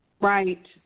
Right